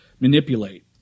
Manipulate